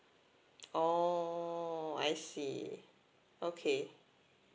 oo I see okay